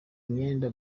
imyenda